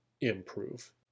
improve